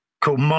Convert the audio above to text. called